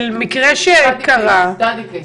של מקרה שקרה, קייס-סטאדי.